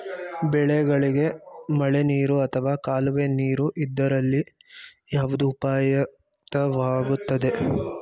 ಬೆಳೆಗಳಿಗೆ ಮಳೆನೀರು ಅಥವಾ ಕಾಲುವೆ ನೀರು ಇದರಲ್ಲಿ ಯಾವುದು ಉಪಯುಕ್ತವಾಗುತ್ತದೆ?